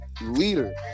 leader